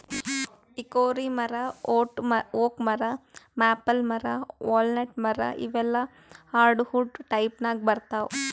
hickory ಮರಾ oak ಮರಾ maple ಮರಾ ವಾಲ್ನಟ್ ಮರಾ ಇವೆಲ್ಲಾ ಹಾರ್ಡವುಡ್ ಟೈಪ್ದಾಗ್ ಬರ್ತಾವ್